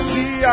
See